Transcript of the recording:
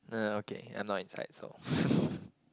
no no okay I'm not inside so